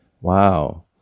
Wow